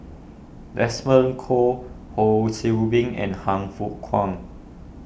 Desmond Kon Ho See Beng and Han Fook Kwang